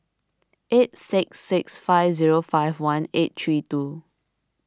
eight six six five zero five one eight three two